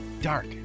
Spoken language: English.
dark